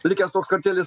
likęs toks kartėlis